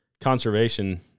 conservation